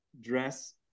dress